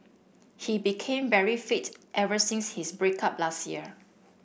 he became very fit ever since his break up last year